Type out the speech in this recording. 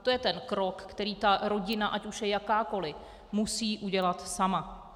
To je ten krok, který ta rodina, ať už je jakákoli, musí udělat sama.